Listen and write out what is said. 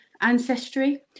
ancestry